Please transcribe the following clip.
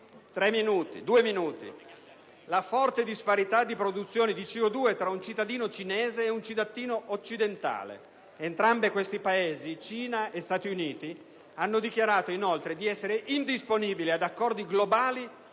la forte disparità di produzione di CO2 tra un cittadino cinese ed un cittadino occidentale. Entrambi questi Paesi, Cina e Stati Uniti, hanno dichiarato inoltre di essere indisponibili ad accordi globali